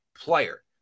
player